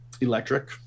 Electric